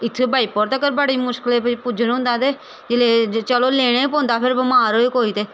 इत्थें बजीपर तकर बड़ी मुश्कलें पुज्जना होंदा ते जिल्लै चलो लैने गी पौंदा फिर बमार होई कोई ते